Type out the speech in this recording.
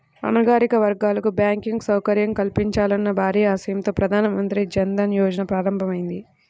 అణగారిన వర్గాలకు బ్యాంకింగ్ సౌకర్యం కల్పించాలన్న భారీ ఆశయంతో ప్రధాన మంత్రి జన్ ధన్ యోజన ప్రారంభమైంది